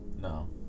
No